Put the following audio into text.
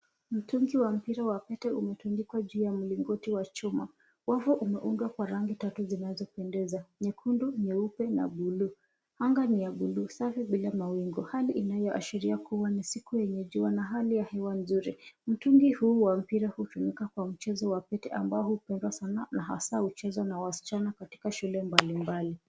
Mtungi wa mpira wa pete umetundikwa juu ya mlingoti wa chuma. Wavu umeundwa kwa rangi tatu zinazopendeza nyekundu, nyeupe na buluu. Anga ni ya buluu safi bila mawingu. Hali inayoashiria kuwa ni siku yenye jua na hali ya hewa nzuri. Mtungi huu wa mipira hutumika kwa mchezo wa pete ambao huchezwa sana na hasa huchezwa na wasichana katika shule mbalimbali.